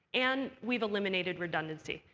and we've eliminated redundancy.